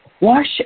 Wash